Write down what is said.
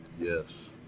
Yes